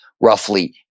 roughly